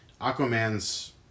Aquaman's